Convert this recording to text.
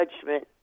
judgment